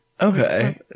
Okay